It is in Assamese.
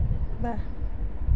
ৱাহ